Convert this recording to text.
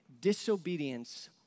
disobedience